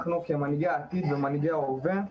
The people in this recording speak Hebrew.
אנחנו כמנהיגי העתיד ומנהיגי ההווה,